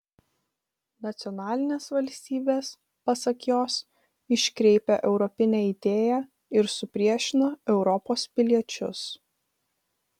nacionalinės valstybės pasak jos iškreipia europinę idėją ir supriešina europos piliečius